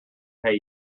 pay